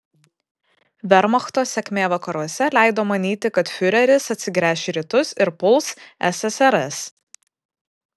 vermachto sėkmė vakaruose leido manyti kad fiureris atsigręš į rytus ir puls ssrs